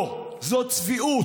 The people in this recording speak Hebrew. לא, זאת צביעות.